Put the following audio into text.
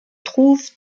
trouve